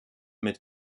mit